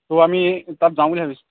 তো আমি তাত যাওঁ বুলি ভাবিছোঁ